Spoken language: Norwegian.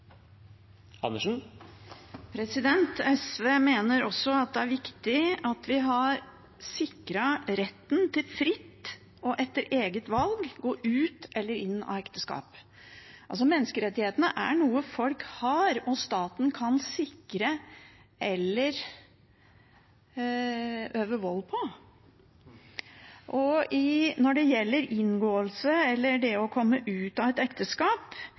SV mener også det er viktig at vi har sikret retten til fritt og etter eget valg å gå ut av eller inn i ekteskap. Menneskerettighetene er noe folk har, og som staten kan sikre eller øve vold mot. Når det gjelder inngåelse eller det å komme ut av et ekteskap,